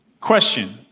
question